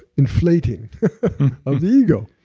inflating of ego.